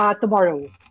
Tomorrow